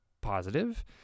positive